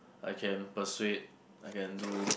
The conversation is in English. I can persuade I can do